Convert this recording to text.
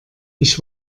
ich